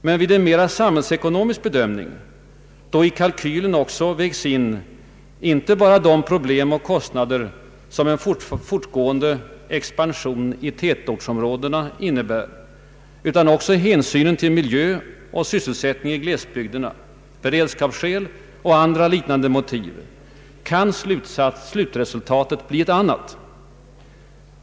Men vid en mera samhällsekonomiska bedömning, då i kalkylen också vägs in inte bara de problem och kostnader som en fortgående expansion i tätortsområdena innebär utan också hänsynen till miljö och sysselsättning i glesbygderna, beredskapsskäl och andra liknande motiv, kan slutresultatet bli ett annat.